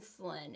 insulin